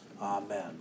Amen